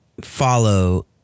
follow